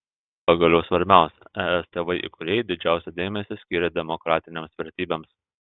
pagaliau svarbiausia es tėvai įkūrėjai didžiausią dėmesį skyrė demokratinėms vertybėms